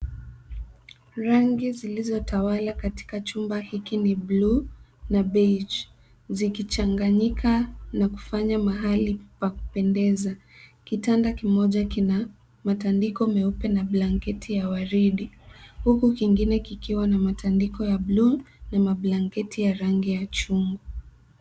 Rangi zilizotawala katika chumba hiki ni bluu na Beige zikichanganyika na kufanya mahali pa kupendeza, kitanda kimoja kina matandiko meupe na blanketi ya waridi huku kingine kikiwa na matandiko ya bluu na mablanketi ya rangi ya chuma.